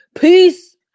peace